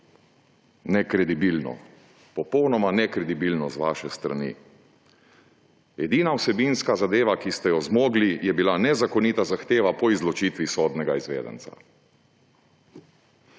Nekredibilno, popolnoma nekredibilno z vaše strani. Edina vsebinska zadeva, ki ste jo zmogli, je bila nezakonita zahteva po izločitvi sodnega izvedenca.